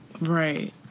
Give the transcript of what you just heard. Right